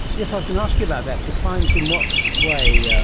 yes, i was going to ask you about that. declines in what way? yeah